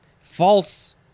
False